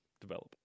develop